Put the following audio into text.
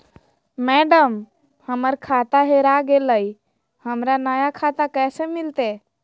madam, हमर खाता हेरा गेलई, हमरा नया खाता कैसे मिलते